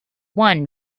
one